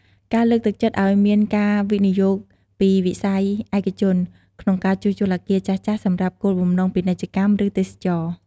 ការលើកទឹកចិត្តឱ្យមានការវិនិយោគពីវិស័យឯកជន ក្នុងការជួសជុលអគារចាស់ៗសម្រាប់គោលបំណងពាណិជ្ជកម្ម ឬទេសចរណ៍។